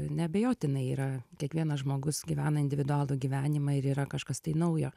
neabejotinai yra kiekvienas žmogus gyvena individualų gyvenimą ir yra kažkas tai naujo